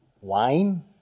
wine